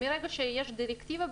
מרגע שיש דירקטיבה,